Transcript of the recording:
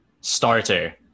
starter